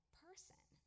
person